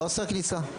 לא אוסר כניסה.